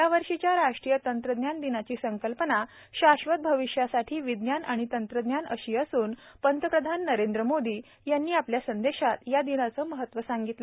या वर्षीच्या राष्ट्रीय तंत्रज्ञान दिनाची संकल्पनाशाश्वत भविष्यासाठी विज्ञान आणि तंत्रज्ञान अशी असून पंतप्रधान नरेंद्र मोदी यांनी आपल्या संदेशात या दिनाचेमहत्व सांगितले